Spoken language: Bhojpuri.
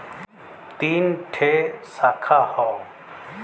तीन ठे साखा हौ